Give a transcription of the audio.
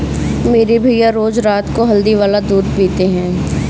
मेरे भैया रोज रात को हल्दी वाला दूध पीते हैं